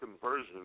conversion